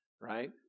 Right